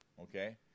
okay